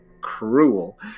cruel